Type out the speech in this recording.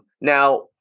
now